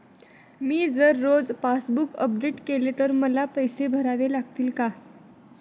मी जर रोज passbook update केले तर मला पैसे भरावे लागतील का?